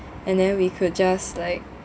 and then we could just like